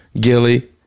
Gilly